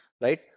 Right